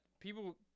people